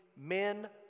men